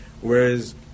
Whereas